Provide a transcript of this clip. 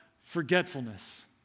forgetfulness